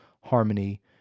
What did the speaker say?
harmony